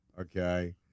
okay